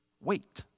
wait